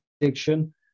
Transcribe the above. addiction